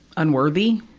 unworthy.